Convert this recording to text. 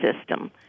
system